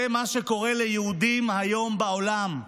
זה מה שקורה ליהודים היום בעולם.